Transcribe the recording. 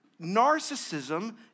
Narcissism